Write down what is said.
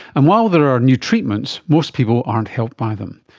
and while there are new treatments, most people aren't helped by them.